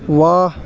واہ